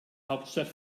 hauptstadt